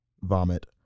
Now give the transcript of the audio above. vomit